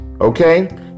Okay